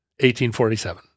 1847